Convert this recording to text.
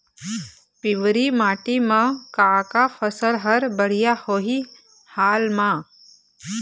पिवरी माटी म का का फसल हर बढ़िया होही हाल मा?